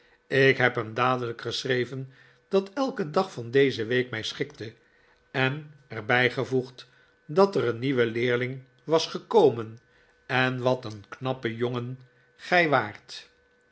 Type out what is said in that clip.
ik heb hem dadelijk geschreven dat elke dag van deze week mij schikte en er bijgevoegd dat er een nieuwe leerling was gekomen en wat een knappe jongen gij waart